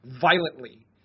violently